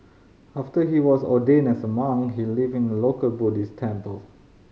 after he was ordained as a monk he lived in a local Buddhist temple